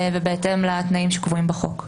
ובהתאם לתנאים שקבועים בחוק.